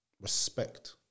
respect